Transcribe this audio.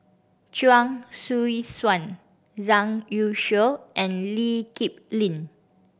Chuang Hui Tsuan Zhang Youshuo and Lee Kip Lin